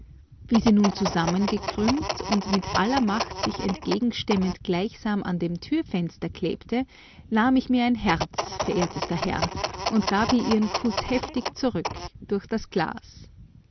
wie sie nun zusammengekrümmt und mit aller macht sich entgegenstemmend gleichsam an dem türfenster klebte nahm ich mir ein herz verehrtester herr und gab ihr ihren kuß heftig zurück durch das glas